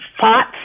fought